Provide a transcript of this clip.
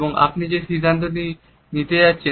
এবং আপনি যে সিদ্ধান্তটি নিতে যাচ্ছেন